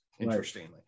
interestingly